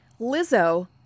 Lizzo